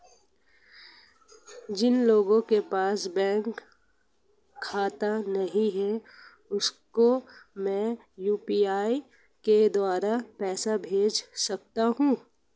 जिन लोगों के पास बैंक खाता नहीं है उसको मैं यू.पी.आई के द्वारा पैसे भेज सकता हूं?